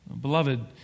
Beloved